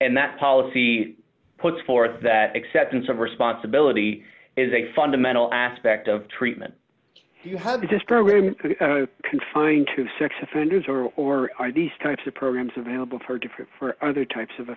and that policy puts forth that acceptance of responsibility is a fundamental aspect of treatment you have this program confined to sex offenders or are these types of programs available for different for other types of